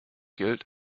gilt